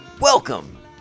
welcome